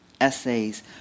essays